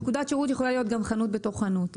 נקודת שירות יכולה להיות גם חנות בתוך חנות.